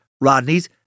Rodney's